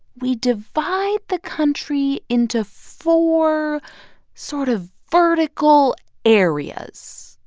we divide the country into four sort of vertical areas,